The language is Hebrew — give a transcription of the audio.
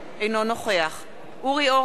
אינו נוכח אורי אורבך,